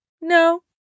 No